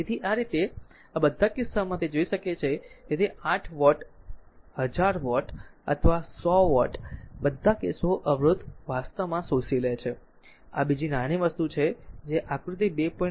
તેથી આ રીતે આ બધા કિસ્સાઓમાં તે જોઈ શકે છે કે તે 8 વોટ હજાર વોટ અથવા 100 વોટ બધા કેસો અવરોધ વાસ્તવમાં શોષી લે છે આ બીજી નાની વસ્તુ છે જે આકૃતિ 2